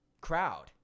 crowd